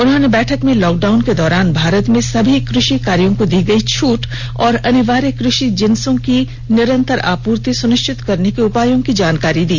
उन्होंने बैठक में लॉकडाउन के दौरान भारत में सभी कृषि कार्यो को दी गई छूट और अनिवार्य कृषि जिन्सों की निरंतर आपूर्ति सुनिश्चित करने के उपायों की जानकारी दी